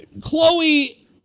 Chloe